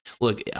Look